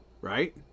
right